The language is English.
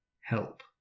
help